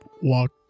walk